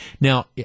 Now